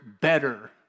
better